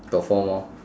got four more